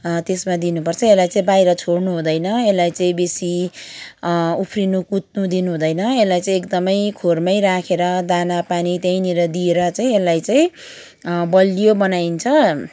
त्यसमा दिनुपर्छ यसलाई चाहिँ बाहिर छोड्नु हुँदैन यसलाई चाहिँ बेसी उफ्रिनु कुद्नु दिनुहुँदैन यसलाई चाहिँ एकदमै खोरमै राखेर दाना पानी त्नियहीँ त्यहीँनिर दिएर चाहिँ यसलाई चाहिँ बलियो बनाइन्छ